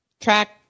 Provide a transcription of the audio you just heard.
track